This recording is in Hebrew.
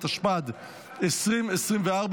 התשפ"ד 2024,